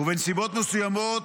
ובנסיבות מסוימות